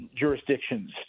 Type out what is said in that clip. jurisdictions